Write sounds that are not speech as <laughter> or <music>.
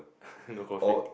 <laughs> no coffee